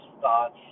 thoughts